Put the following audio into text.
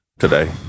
today